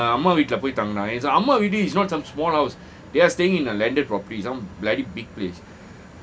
அவங்க அம்மா வீட்ல போய் தங்கினாங்க:awanga amma veetla poi thangnaanga it's a அம்மா வீடு:amma veedu it's not some small house they are staying in a landed property some bloody big place